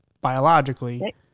biologically